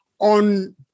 on